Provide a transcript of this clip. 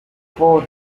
four